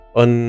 on